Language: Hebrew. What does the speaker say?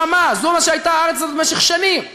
שממה, זו מה שהייתה הארץ הזו במשך שנים.